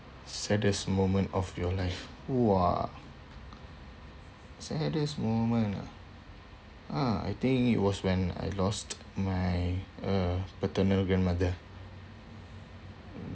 saddest moment of your life !wah! saddest moment ah ah I think it was when I lost my uh paternal grandmother